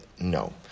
no